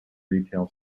retail